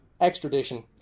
extradition